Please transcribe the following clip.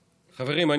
חברים,